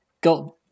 got